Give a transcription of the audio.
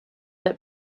that